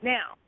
Now